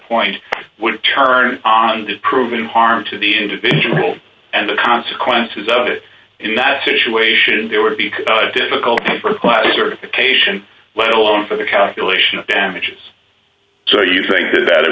point would turn on the proven harm to the individual and the consequences of it in that situation there would be difficult st class certification let alone for the calculation of damages so you think